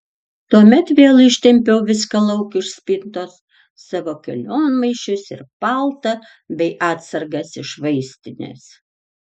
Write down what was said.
tuomet vėl ištempiau viską lauk iš spintos savo kelionmaišius ir paltą bei atsargas iš vaistinės